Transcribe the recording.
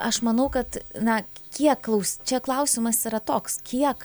aš manau kad na kiek klaus čia klausimas yra toks kiek